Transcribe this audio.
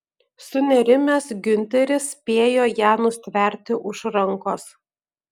sunerimęs giunteris spėjo ją nustverti už rankos